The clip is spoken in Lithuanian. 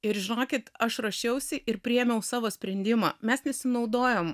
ir žinokit aš ruošiausi ir priėmiau savo sprendimą mes nesinaudojom